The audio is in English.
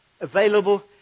available